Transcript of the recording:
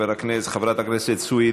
חברת הכנסת סויד,